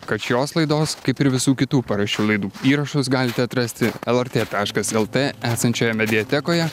kad šios laidos kaip ir visų kitų paraščių laidų įrašus galite atrasti lrt taškas lt esančioje mediatekoje